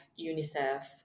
unicef